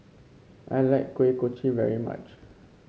I like Kuih Kochi very much